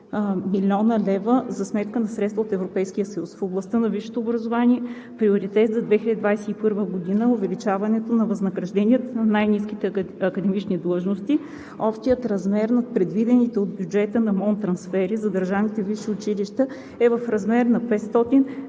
млн. лв. са за сметка на средства от Европейския съюз. В областта на висшето образование приоритет за 2021 г. е увеличаването на възнагражденията за най-ниските академични длъжности. Общият размер на предвидените от бюджета на МОН трансфери за държавните висши училища е в размер на 592,7